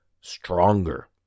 stronger